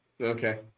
Okay